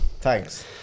thanks